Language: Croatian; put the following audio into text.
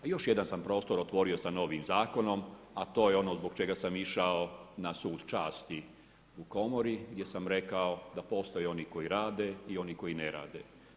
A još jedan sam prostor otvorio sa novim zakonom a to je ono zbog čega sam išao na sud časti u komori gdje sam rekao da postoje oni koji rade i oni koji ne rade.